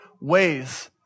ways